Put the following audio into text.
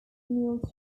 annual